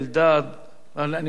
אבל אני מבין שאתה מתחלף אתו.